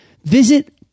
Visit